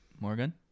Morgan